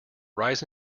rise